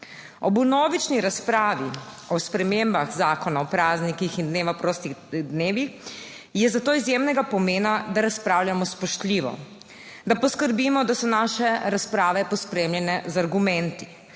Ob vnovični razpravi o spremembah Zakona o praznikih in dneva prostih dnevih, je zato izjemnega pomena, da razpravljamo spoštljivo, da poskrbimo, da so naše razprave pospremljene z argumenti,